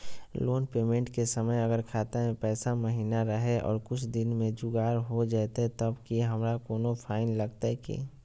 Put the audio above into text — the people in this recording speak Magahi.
लोन पेमेंट के समय अगर खाता में पैसा महिना रहै और कुछ दिन में जुगाड़ हो जयतय तब की हमारा कोनो फाइन लगतय की?